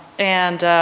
and